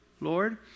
Lord